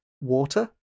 water